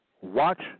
Watch